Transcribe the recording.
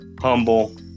humble